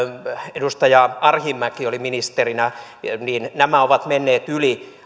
edustaja arhinmäki oli ministerinä nämä ovat menneet yli